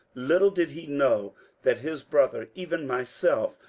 little did he know that his brother, even myself,